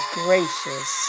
gracious